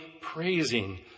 praising